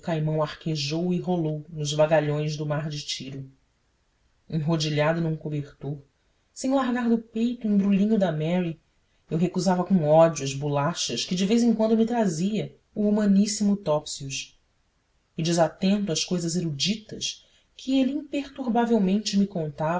caimão arquejou e rolou nos vagalhões do mar de tiro enrodilhado num cobertor sem largar do peito o embrulhinho de mary eu recusava com ódio as bolachas que de vez em quando me trazia o humaníssimo topsius e desatento às cousas eruditas que ele imperturbavelmente me contava